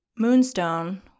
moonstone